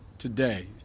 today